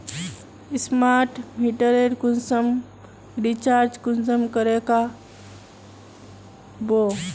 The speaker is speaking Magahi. स्मार्ट मीटरेर कुंसम रिचार्ज कुंसम करे का बो?